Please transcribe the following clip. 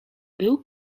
był